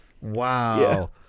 Wow